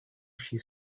she